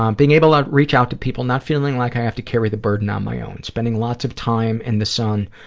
um being able to reach out to people, not feeling like i have to carry the burden on my own. spending lots of time in the sun,